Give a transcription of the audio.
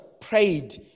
prayed